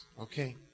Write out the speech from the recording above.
Okay